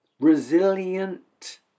Resilient